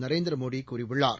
நரேந்திரமோடிகூறியுள்ளார்